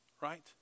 right